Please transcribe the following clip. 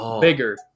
bigger